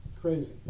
crazy